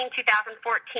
2014